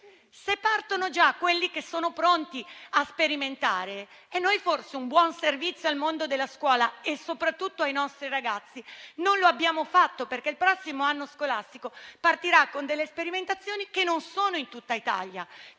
Se partono gli istituti che già sono pronti a sperimentare, forse un buon servizio al mondo della scuola e soprattutto ai nostri ragazzi non lo abbiamo fatto, perché il prossimo anno scolastico partirà con sperimentazioni che non verranno attuate in tutta Italia.